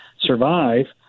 survive